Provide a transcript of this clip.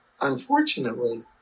unfortunately